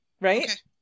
Right